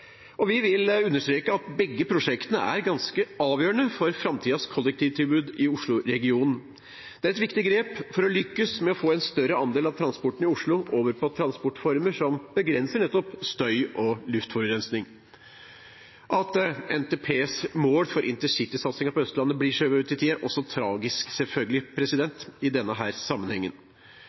finansiering. Vi vil understreke at begge prosjektene er ganske avgjørende for framtidens kollektivtilbud i Oslo-regionen. Det er et viktig grep for å lykkes med å få en større andel av transporten i Oslo over på transportformer som begrenser nettopp støy og luftforurensing. At NTPs mål for intercitysatsingen på Østlandet blir skjøvet ut i tid, er selvfølgelig også tragisk i denne sammenhengen.